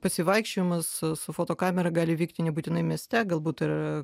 pasivaikščiojimas su fotokamera gali vykti nebūtinai mieste galbūt ir